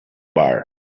bar